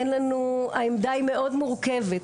העמדה היא מאוד מורכבת,